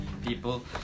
People